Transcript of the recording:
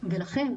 ולכן